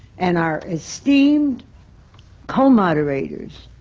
and our esteemed co-moderators,